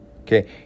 Okay